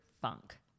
funk